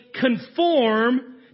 conform